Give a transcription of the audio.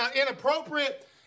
inappropriate